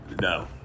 no